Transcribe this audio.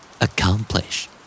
Accomplish